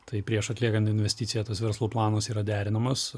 tai prieš atliekant investiciją tas verslo planas yra derinamas